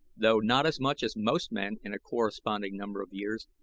though not as much as most men in a corresponding number of years,